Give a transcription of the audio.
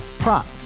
Prop